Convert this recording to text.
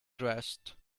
dressed